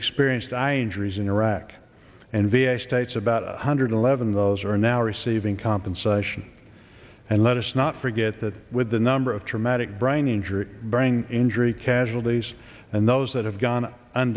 experienced eye injuries in iraq and v a states about one hundred eleven those are now receiving compensation and let us not forget that with the number of traumatic brain injury bring injury casualties and those that have gone